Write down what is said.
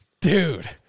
Dude